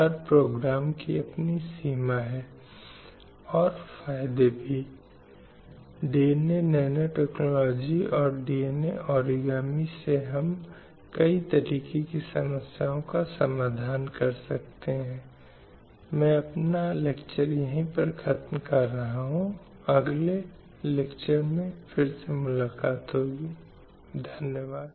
भारत उनमें से एक है और इसलिए भारत ने उस कानून के प्रति आवश्यक कानूनों की गणना की है या तैयार किया है जो प्रारंभिक दस्तावेजों में से एक है जो पुरुषों और महिलाओं की समानता को सुनिश्चित करता है